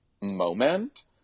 moment